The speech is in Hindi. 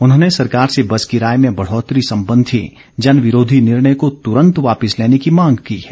उन्होंने सरकार से बस किराए में बढ़ोतरी संबंधी जन विरोधी निर्णय को तुरन्त वापिस लेने की मांग की है